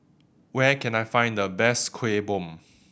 where can I find the best Kueh Bom